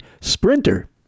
sprinter